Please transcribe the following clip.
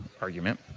argument